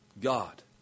God